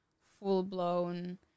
full-blown